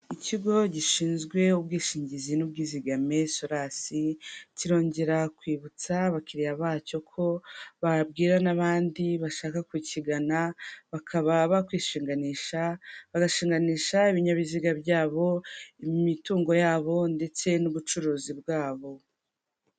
Ikigo gishinzwe ubwishingizi n'ubwizigame solasi kirongera kwibutsa abakiriya bacyo ko babwira n'abandi bashaka kukigana bakaba bakwishinganisha, bagashinsha ibinyabiziga byabo, imitungo yabo ndetse n'ubucuruzi bwabo.